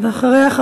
ואחריה,